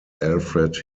alfred